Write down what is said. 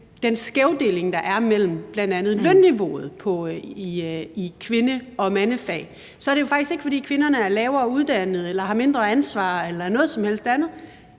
den skævdeling, der er i bl.a. lønniveauet mellem kvinde- og mandefag, er det jo faktisk ikke, fordi kvinderne er lavere uddannet eller har mindre ansvar eller noget som helst andet.